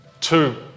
two